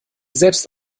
selbst